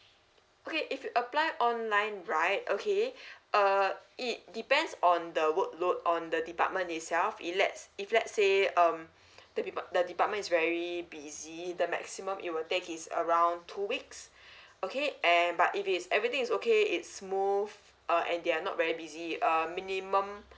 okay if you apply online right okay uh it depends on the work load on the department itself it lets if let's say um the people the department is very busy the maximum it will take is around two weeks okay and but if it's everything is okay it smooth uh and they are not very busy err minimum